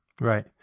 Right